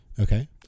Okay